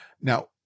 Now